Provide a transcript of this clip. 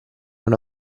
una